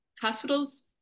hospitals